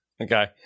Okay